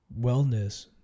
wellness